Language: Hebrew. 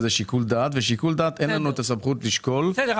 זה שיקול דעת ובשיקול דעת אין לנו את הסמכות לשקול מכיוון